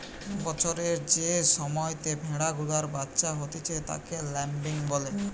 বছরের যে সময়তে ভেড়া গুলার বাচ্চা হতিছে তাকে ল্যাম্বিং বলে